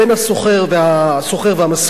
בין השוכר והמשכיר,